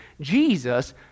Jesus